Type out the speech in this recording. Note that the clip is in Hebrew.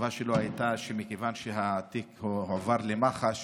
התשובה שלו הייתה: מכיוון שהתיק הועבר למח"ש,